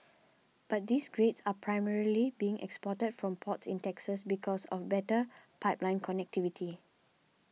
but these grades are primarily being exported from ports in Texas because of better pipeline connectivity